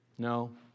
No